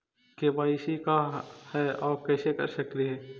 KYC का है, और कैसे कर सकली हे?